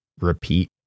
repeat